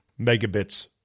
megabits